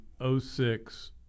06